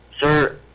Sir